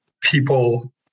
people